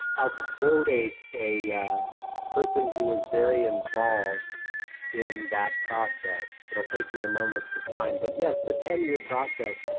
i'll quote a a person who was very involved in that process. it'll take me a moment to find, but yes, the ten year process,